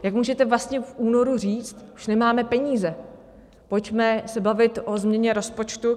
Jak můžete vlastně v únoru říct, že nemáme peníze, pojďme se bavit o změně rozpočtu?